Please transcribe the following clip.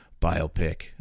biopic